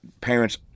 parents